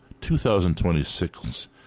2026